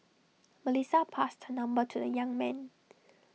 Melissa passed her number to the young man